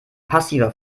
passiver